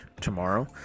tomorrow